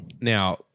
Now